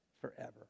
forever